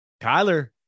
Kyler